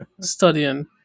Studying